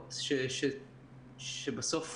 גדולות שהן